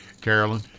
Carolyn